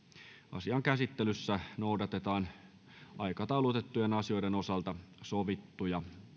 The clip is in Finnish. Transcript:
asian käsittelyssä noudatetaan aikataulutettujen asioiden osalta sovittuja